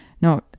No